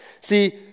See